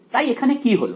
তাই এখানে কি হলো